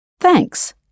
Thanks